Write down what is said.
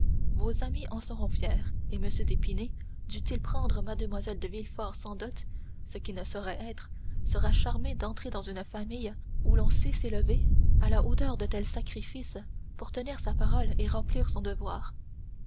vos amis en seront fiers et m d'épinay dût-il prendre mlle de villefort sans dot ce qui ne saurait être sera charmé d'entrer dans une famille où l'on sait s'élever à la hauteur de tels sacrifices pour tenir sa parole et remplir son devoir